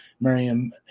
Miriam